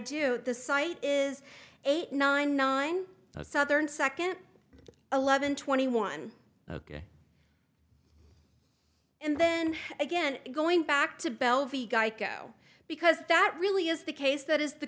do the site is eight nine nine southern second eleven twenty one ok and then again going back to bellevue geico because that really is the case that is the